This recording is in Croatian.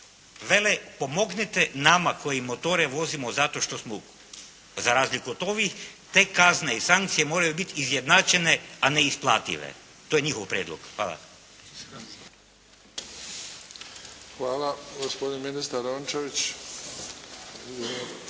Vele pomognite nama koji motore vozimo zato što smo od razliku od ovih, te kazne i sankcije moraju biti izjednačene a ne isplative. To je njihov prijedlog. Hvala. **Bebić, Luka (HDZ)** Hvala. Gospodin ministar Rončević.